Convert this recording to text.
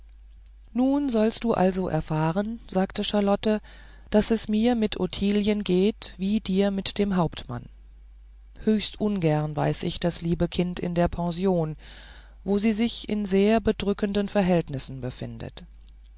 nun sollst du also erfahren sagte charlotte daß es mir mit ottilien geht wie dir mit dem hauptmann höchst ungern weiß ich das liebe kind in der pension wo sie sich in sehr drückenden verhältnissen befindet